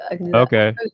okay